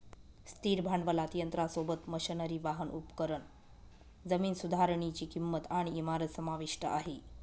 स्थिर भांडवलात यंत्रासोबत, मशनरी, वाहन, उपकरण, जमीन सुधारनीची किंमत आणि इमारत समाविष्ट आहे